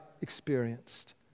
experienced